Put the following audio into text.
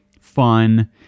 fun